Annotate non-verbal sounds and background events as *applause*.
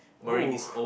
oh *laughs*